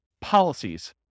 policies